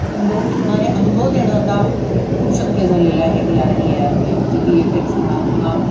गुंगवून ठेवणारे अनुभव देणं आता खूप शक्य झालेलं आहे वी आर आणि ए आरमुळे म्हणजे वी एफ एक्स म्हणा किंवा